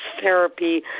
therapy